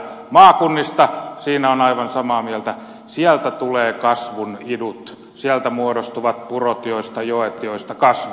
maakunnista siinä olen aivan samaa mieltä sieltä tulevat kasvun idut sieltä muodostuvat purot joista joet joista kasvu